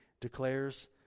declares